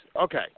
Okay